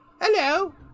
hello